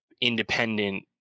independent